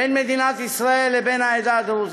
בין מדינת ישראל לבין העדה הדרוזית.